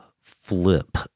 flip